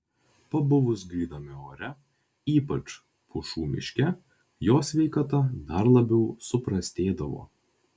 pabuvus gryname ore ypač pušų miške jo sveikata dar labiau suprastėdavo